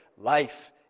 life